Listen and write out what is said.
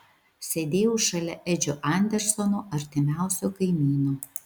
sėdėjau šalia edžio andersono artimiausio kaimyno